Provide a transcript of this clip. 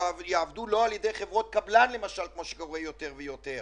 שיעבדו לא על ידי חברות קבלן כמו שקורה יותר ויותר,